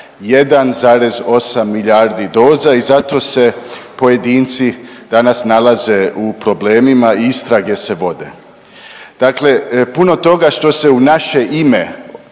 1,8 milijardi doza i zato se pojedinci danas nalaze u problemima i istrage se vode. Dakle puno toga što se u naše ime